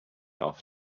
off